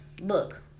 look